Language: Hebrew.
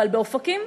אבל באופקים,